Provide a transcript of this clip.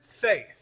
faith